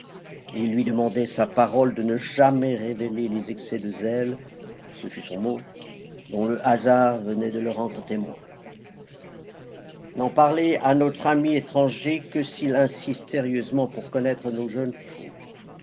il lui demandait sa parole de ne jamais révéler les excès de zèle ce fut son mot dont le hasard venait de le rendre témoin n'en parlez à notre ami de l'étranger que s'il insiste sérieusement pour connaître nos jeunes fous